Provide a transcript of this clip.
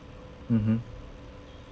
mmhmm